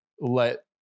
let